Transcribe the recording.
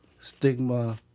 stigma